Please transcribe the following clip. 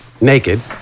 naked